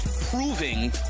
proving